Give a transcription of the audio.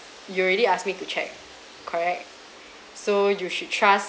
you already asked me to check correct so you should trust